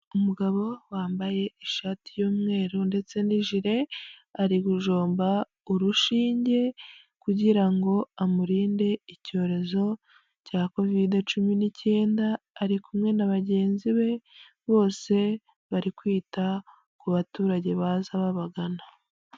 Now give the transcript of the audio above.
Umugabo wambaye ishati y'umweru ndetse n'ijire ari gujomba urushinge, kugira amurinde icyorezo cya covid cumi n'icyenda ari kumwe na bagenzi be bose bari kwita ku baturage baza babagana.